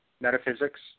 Metaphysics